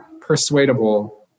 persuadable